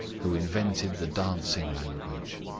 who invented the dancing language.